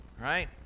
right